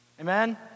Amen